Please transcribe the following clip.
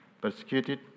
Persecuted